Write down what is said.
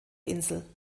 insel